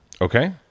Okay